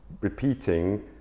repeating